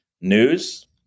News